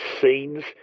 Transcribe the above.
scenes